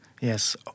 yes